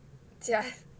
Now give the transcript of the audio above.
假